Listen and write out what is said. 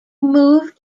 moved